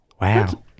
Wow